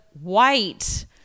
white